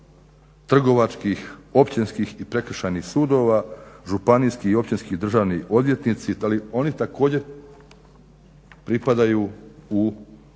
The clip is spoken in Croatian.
trgovačkih, općinskih i prekršajnih sudova, županijskih i općinskih državni odvjetnici da li oni također pripadaju u da